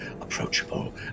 approachable